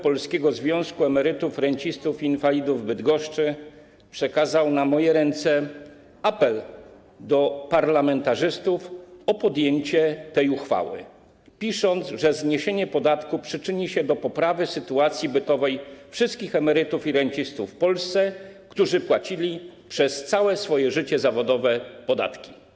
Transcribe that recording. Polski Związek Emerytów, Rencistów i Inwalidów - Zarząd Okręgowy w Bydgoszczy przekazał na moje ręce apel skierowany do parlamentarzystów o podjęcie tej inicjatywy, pisząc, że zniesienie podatku przyczyni się do poprawy sytuacji bytowej wszystkich emerytów i rencistów w Polsce, którzy płacili przez całe swoje życie zawodowe podatki.